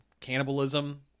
cannibalism